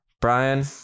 brian